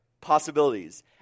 possibilities